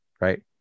right